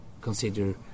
consider